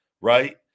right